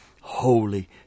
Holy